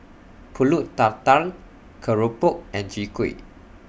Pulut Tatal Keropok and Chwee Kueh